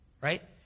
right